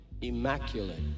immaculate